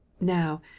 now